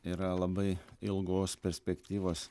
yra labai ilgos perspektyvos